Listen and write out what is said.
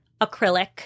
acrylic